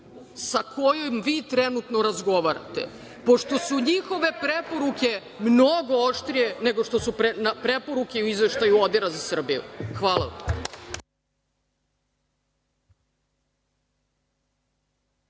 sa kojom vi trenutno razgovarate, pošto su njihove preporuke mnogo oštrije nego što su preporuke u izveštaju ODIR-a za Srbiju. Hvala